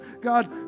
God